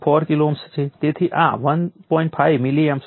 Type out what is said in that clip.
તેથી product positive છે અને આ કિસ્સામાં ફરીથી કેપેસિટર પાવરને શોષી લે છે